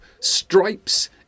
stripes